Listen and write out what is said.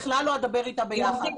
בגלל לא אדבר איתה ביחד.